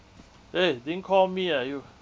eh didn't call me ah you